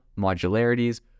modularities